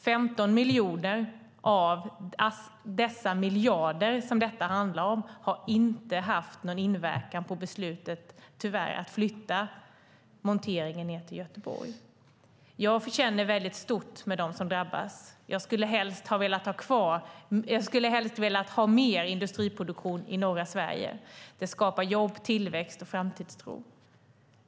15 miljoner av dessa miljarder som det handlar om har inte haft någon inverkan på beslutet att flytta monteringen ned till Göteborg. Jag känner väldigt starkt för dem som drabbas. Jag skulle helst vilja ha mer industriproduktion i norra Sverige. Det skapar jobb, tillväxt och framtidstro.